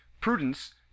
prudence